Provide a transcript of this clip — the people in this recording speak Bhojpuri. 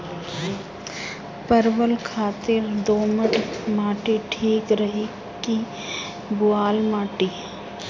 परवल खातिर दोमट माटी ठीक रही कि बलुआ माटी?